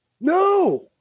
No